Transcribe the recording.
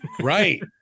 Right